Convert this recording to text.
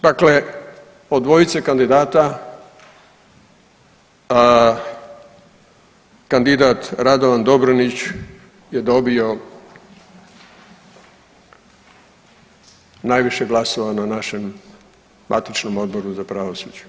Dakle, od dvojice kandidata, kandidat Radovan Dobronić je dobio najviše glasova na našem matičnom Odboru za pravosuđe.